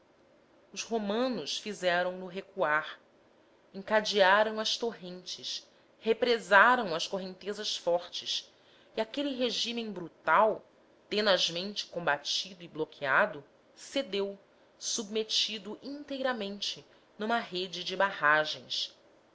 os romanos fizeram no recuar encadearam as torrentes represaram as correntezas fortes e aquele regime brutal tenazmente combatido e bloqueado cedeu submetido inteiramente numa rede de barragens